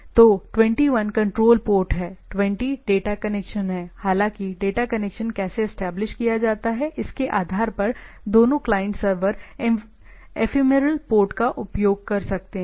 तो 21 control port है 20 data connection है हालाँकि डेटा कनेक्शन कैसे एस्टेब्लिश किया जाता है इसके आधार पर दोनों क्लाइंट सर्वर एफीमेरल पोर्ट का उपयोग कर सकते हैं